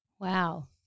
Wow